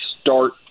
start